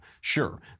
Sure